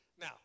Now